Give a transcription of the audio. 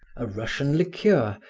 a russian liqueur,